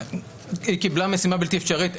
והיא קיבלה משימה בלתי אפשרית,